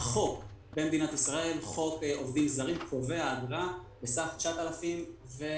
אף מנהל לא יוכל להעסיק את המטפלים האלה,